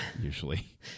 usually